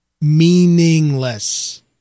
meaningless